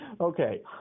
okay